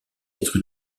être